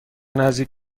نزدیک